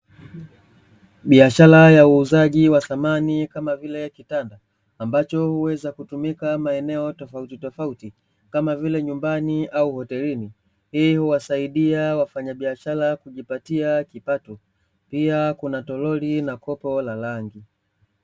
Biashara ya uuzaji wa samani, kama vile kitanda, ambacho huweza kutumika maeneo tofautitofauti, kama vile nyumbani au hotelini. Hii huwasaidia wafanyabishara kujipatia kipato, pia kuna tolori na kopo la rangi.